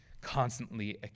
constantly